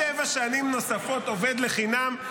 שבע שנים נוספות עובד לחינם.